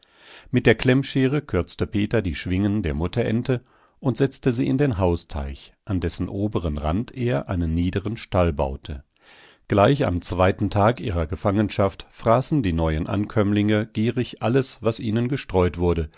mit der klemmschere kürzte peter die schwingen der mutterente und setzte sie in den hausteich an dessen oberen rand er einen niederen stall baute gleich am zweiten tag ihrer gefangenschaft fraßen die neuen ankömmlinge gierig alles was ihnen gestreut wurde